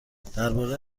درباره